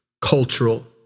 cultural